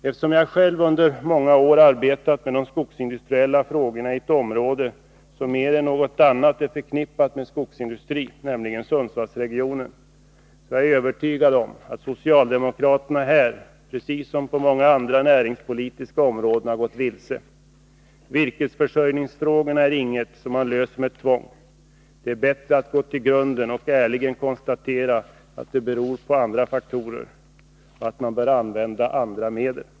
Eftersom jag själv under många år arbetat med de skogsindustriella frågorna i ett område som mer än något annat är förknippat med skogsindustri — nämligen Sundsvallsregionen — är jag övertygad om att socialdemokraterna här, precis som på många andra näringspolitiska områden, har gått vilse. Virkesförsörjningsfrågorna är ingenting som man löser med tvång. Det är bättre att gå till grunden och ärligen konstatera att problemet beror på andra faktorer och att man bör använda andra medel.